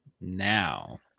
now